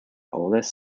oldest